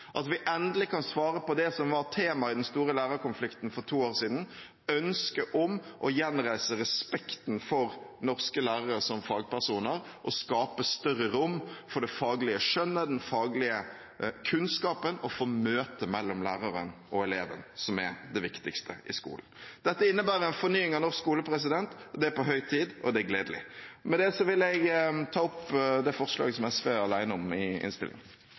at vi endelig kan svare på det som var temaet i den store lærerkonflikten for to år siden: ønsket om å gjenreise respekten for norske lærere som fagpersoner og skape større rom for det faglige skjønnet, den faglige kunnskapen og møtet mellom læreren og eleven, som er det viktigste i skolen. Dette innebærer en fornying av norsk skole. Det er på høy tid, og det er gledelig. Med det vil jeg ta opp det forslaget som SV er alene om i